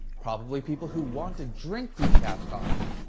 probably people who want to drink decaf coffee.